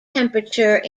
temperature